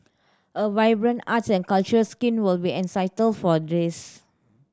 a vibrant arts and culture scene will be essential for this